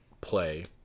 play